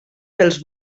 pels